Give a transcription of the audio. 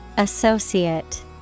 Associate